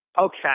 Okay